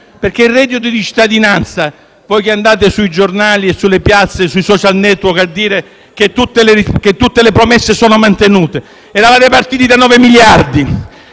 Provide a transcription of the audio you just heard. al reddito di cittadinanza, a voi che andate sui giornali, sulle piazze e sui *social network* a dire che tutte le promesse sono mantenute, ricordo che eravate partiti da 9 miliardi,